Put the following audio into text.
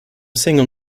single